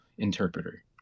interpreter